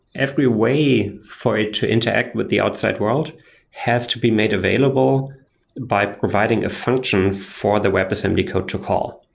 every way for it to interact with the outside world has to be made available by providing a function for the webassembly code to call.